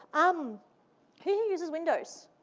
um who here uses windows?